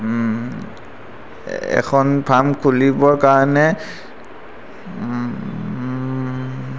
এখন ফাৰ্ম খুলিবৰ কাৰণে